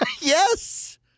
Yes